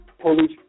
police